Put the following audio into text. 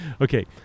Okay